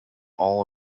all